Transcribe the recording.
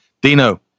Dino